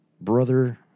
brother